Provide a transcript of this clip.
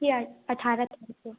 जी अठारह